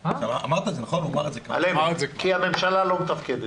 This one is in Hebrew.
כי הממשלה לא מתפקדת.